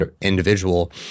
individual